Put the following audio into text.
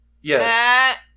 Yes